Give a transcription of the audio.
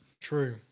True